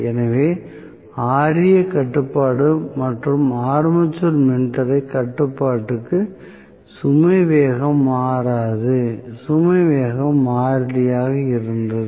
எனவே Ra கட்டுப்பாடு அல்லது ஆர்மேச்சர் மின் தடை கட்டுப்பாட்டுக்கு சுமை வேகம் மாறாது சுமை வேகம் மாறிலியாக இருந்தது